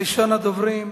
ראשון הדוברים,